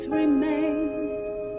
remains